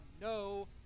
no